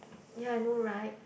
ya I know right